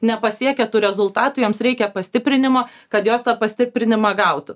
nepasiekia tų rezultatų joms reikia pastiprinimo kad jos tą pastiprinimą gautų